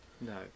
no